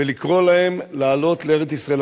ולקרוא להם לעלות לארץ-ישראל.